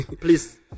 please